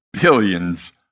billions